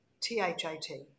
T-H-A-T